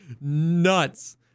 nuts